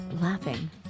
laughing